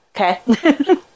Okay